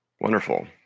Wonderful